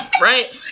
right